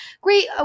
great